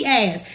ass